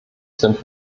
sind